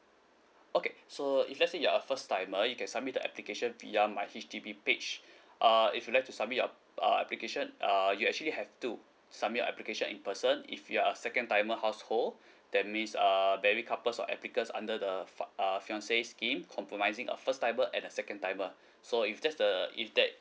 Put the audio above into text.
okay so if let's say you're a first timer you can submit the application via my H_D_B page uh if you like to submit your uh application uh you actually have two submit your application in person if you're a second timer household that means err married couples or applicants under the fa~ uh fiance scheme compromising a first timer and the second timer so if that's the if that